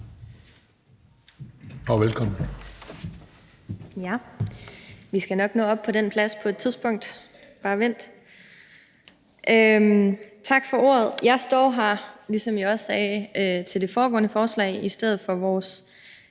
Berthelsen (SF): Vi skal nok nå op på den plads på et tidspunkt – bare vent. Tak for ordet. Jeg står her, som jeg også sagde ved det foregående forslag, i stedet for den,